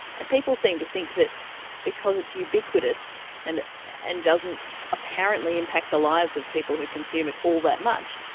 and people seem to think that because it's ubiquitous and and doesn't apparently impact the lives of people who consume it all that much,